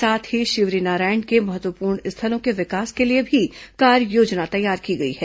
साथ ही शिवरीनारायण के महत्वपूर्ण स्थलों के विकास के लिए भी कार्ययोजना तैयार की गई है